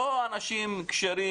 לא אנשים כשרים,